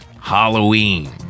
Halloween